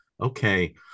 okay